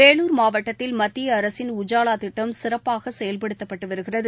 வேலூர் மாவட்டத்தில் மத்திய அரசின் உஜாவா திட்டம் சிறப்பாக செயல்படுத்தப்பட்டு வருகிறது